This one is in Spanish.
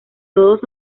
todos